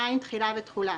תחילה ותחולה2.